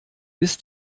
bis